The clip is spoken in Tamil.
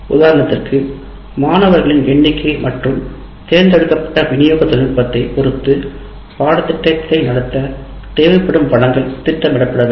உதாரணத்திற்கு தேர்ந்தெடுக்கப்பட்ட மாணவர்களின் எண்ணிக்கை மற்றும் விநியோக தொழில்நுட்பத்தைப் பொறுத்துபாடத்திட்டத்தை நடத்தத் தேவைப்படும் வளங்கள் திட்டமிடப்பட வேண்டும்